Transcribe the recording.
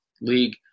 league